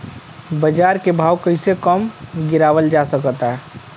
बाज़ार के भाव कैसे कम गीरावल जा सकता?